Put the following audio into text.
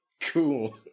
Cool